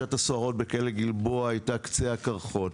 שפרשת הסוהרות בכלא גלבוע היתה קצה הקרחון.